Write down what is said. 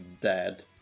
dead